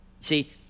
See